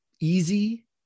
easy